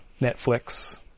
Netflix